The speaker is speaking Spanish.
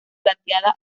plateada